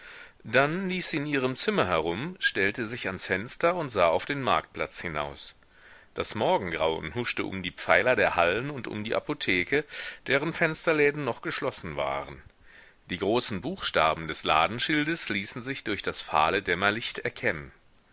dann lief sie in ihrem zimmer herum stellte sich ans fenster und sah auf den marktplatz hinaus das morgengrauen huschte um die pfeiler der hallen und um die apotheke deren fensterläden noch geschlossen waren die großen buchstaben des ladenschildes ließen sich durch das fahle dämmerlicht erkennen